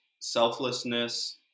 selflessness